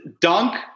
Dunk